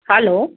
hello